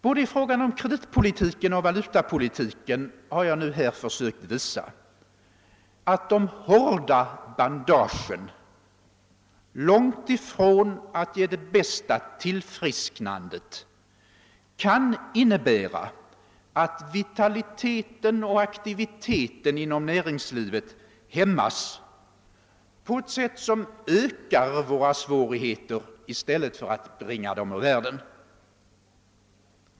Både i fråga om kreditpolitiken och om valutapolitiken har jag nu här försökt visa att de hårda bandagen, långt ifrån att ge det bästa tillfrisknandet, kan innebära att vitaliteten och aktiviteten inom näringslivet hämmas på ett sätt som ökar våra svårigheter i stället för att bringa dem ur världen.